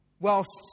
whilst